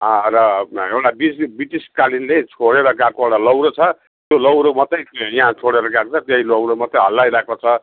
र एउटा ब्रिटिसकालिनले छोडेर गएको एउटा लौरो छ त्यो लौरो मात्रै यहाँ छोडेर गएको छ त्यही लौरो मात्रै हल्लाइरहेको छ